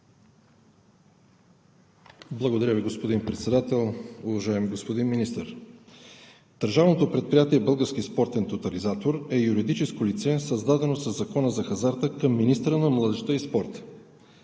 Благодаря Ви, господин Председател. Уважаеми господин Министър! Държавното предприятие „Български спортен тотализатор“ е юридическо лице, създадено със Закона за хазарта към министъра на младежта и спорта.